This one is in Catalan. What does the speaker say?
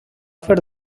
fer